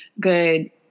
good